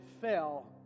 fell